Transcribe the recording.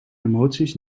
emoties